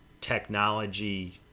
technology